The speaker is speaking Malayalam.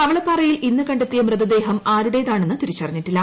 കവളപ്പാറയിൽ ഇന്ന് കണ്ടെത്തിയ മൃതദേഹവും ആരുടേതാണെന്ന് തിരിച്ചറിഞ്ഞിട്ടില്ല